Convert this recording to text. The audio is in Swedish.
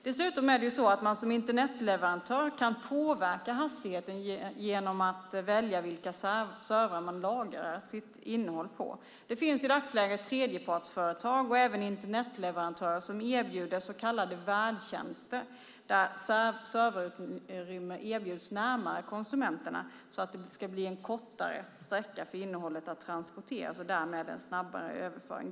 Dessutom kan man som Internetleverantör påverka hastigheten genom att välja vilka servrar som man lagrar sitt innehåll på. Det finns i dagsläget tredjepartsföretag och även Internetleverantörer som erbjuder så kallade värdtjänster där serverutrymme erbjuds närmare konsumenterna så att det ska bli en kortare sträcka för innehållet att transporteras och därmed en snabbare överföring.